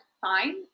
fine